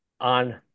On